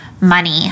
money